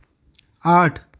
आठ